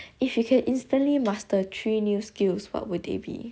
if you can instantly master three new skills what would they be